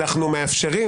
אנו מאפשרים